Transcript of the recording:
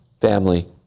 family